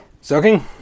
Soaking